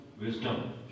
wisdom